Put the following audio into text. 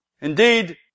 Indeed